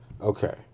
Okay